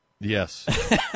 Yes